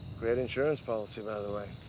great insurance policy, by the way.